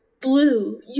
blue